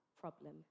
problem